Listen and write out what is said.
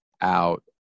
out